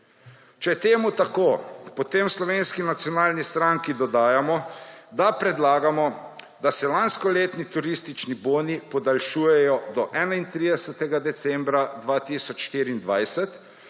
je temu tako, potem v Slovenski nacionalni stranki dodajamo, da predlagamo, da se lanskoletni turistični boni podaljšujejo do 31. decembra 2024,